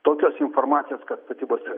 tokios informacijos kad statybose